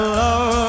love